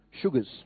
sugars